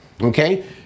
Okay